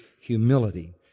humility